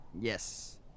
yes